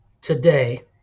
today